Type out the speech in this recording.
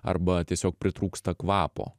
arba tiesiog pritrūksta kvapo